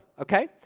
okay